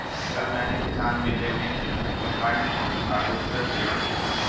कल मैंने किसान मेले में कम्बाइन हार्वेसटर देखी थी